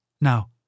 Now